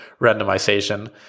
randomization